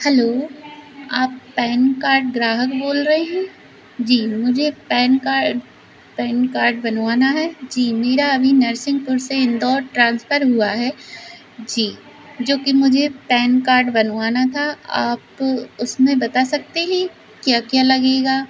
hello आप PAN card ग्राहक बोल रए हैं जी मुझे पैन कार्ड पैन कार्ड बनवाना है जी मेरा अभी नरसिंगपुर से इंदौर ट्रान्सफर हुआ है जी जोकि मुझे पैन कार्ड बनवाना था आप उसमें बता सकते हैं क्या क्या लगेगा